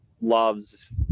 loves